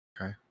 Okay